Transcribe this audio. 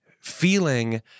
feeling